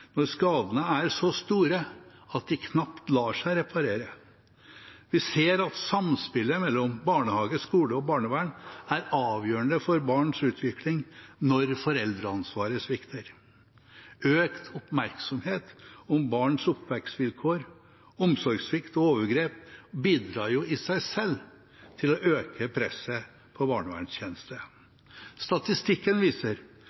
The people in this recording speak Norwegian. når skadene er så store at de knapt lar seg reparere. Vi ser at samspillet mellom barnehage, skole og barnevern er avgjørende for barns utvikling når foreldreansvaret svikter. Økt oppmerksomhet om barns oppvekstsvilkår, omsorgssvikt og overgrep bidrar i seg selv til å øke presset på barnevernstjenestene. Statistikken viser